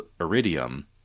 iridium